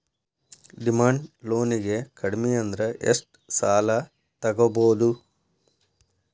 Demand ಲೊನಿಗೆ ಕಡ್ಮಿಅಂದ್ರ ಎಷ್ಟ್ ಸಾಲಾ ತಗೊಬೊದು?